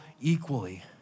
equally